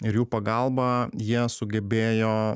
ir jų pagalba jie sugebėjo